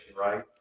right